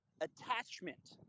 attachment